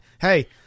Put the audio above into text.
Hey